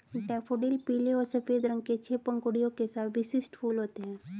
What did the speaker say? daffodil पीले और सफ़ेद रंग के छह पंखुड़ियों के साथ विशिष्ट फूल होते हैं